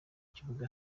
kibuga